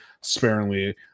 sparingly